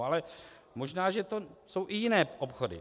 Ale možná že to jsou i jiné obchody.